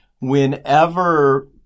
Whenever